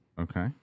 Okay